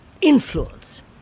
influence